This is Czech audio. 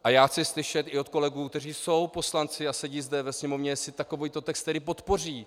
A já chci slyšet i od kolegů, kteří jsou poslanci a sedí zde ve sněmovně, jestli takovýto text tedy podpoří.